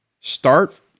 Start